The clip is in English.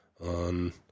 on